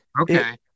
Okay